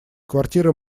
квартира